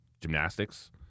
gymnastics